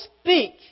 speak